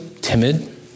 timid